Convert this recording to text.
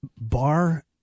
bar